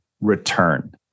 return